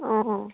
অঁ